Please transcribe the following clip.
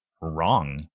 wrong